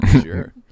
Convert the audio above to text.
Sure